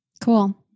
cool